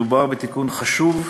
מדובר בתיקון חשוב,